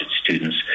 students